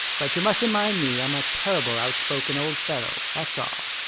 but you mustn't mind me, i'm a terrible outspoken old fellow, that's all.